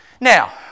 Now